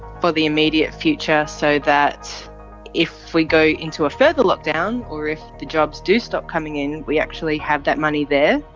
for the immediate future so that if we go into a further lockdown or if the jobs do stop coming in, we actually have that money there.